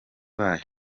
bayo